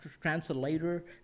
translator